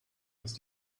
ist